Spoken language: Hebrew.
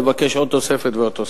לבקש עוד תוספת ועוד תוספת.